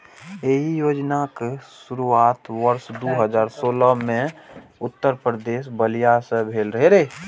एहि योजनाक शुरुआत वर्ष दू हजार सोलह मे उत्तर प्रदेशक बलिया सं भेल रहै